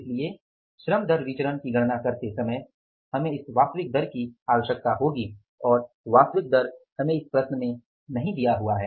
इसलिए श्रम दर विचरण की गणना करते समय हमें इस वास्तविक दर की आवश्यकता होगी और वास्तविक दर हमें नहीं दिया हुआ है